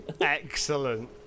excellent